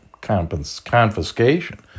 confiscation